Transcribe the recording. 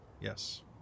Yes